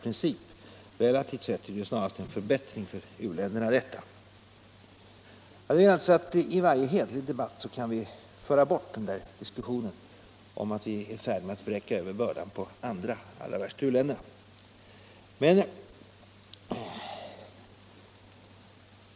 Relativt sett är detta snarast en förbättring för u-länderna. I varje hederlig debatt kan vi alltså föra bort argumentet att vi är i färd med att vräka över bördan på andra, särskilt på u-länderna.